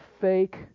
fake